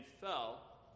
fell